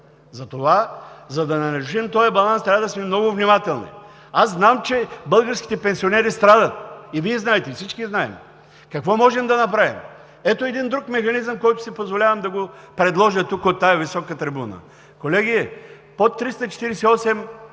Затова, за да не нарушим този баланс, трябва да сме много внимателни. Аз знам, че българските пенсионери страдат – и Вие знаете, всички знаем. Какво можем да направим? Ето един друг механизъм, който си позволявам да го предложа тук, от тази висока трибуна. Колеги, под 348